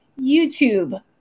YouTube